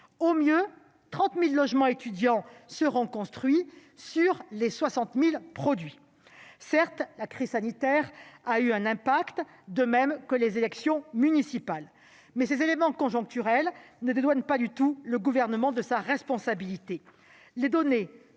Au mieux, 30 000 logements étudiants seront construits sur les 60 000 promis. Certes, la crise sanitaire a eu un impact, de même que les élections municipales, mais ces éléments conjoncturels ne dédouanent en aucun cas le Gouvernement de sa responsabilité.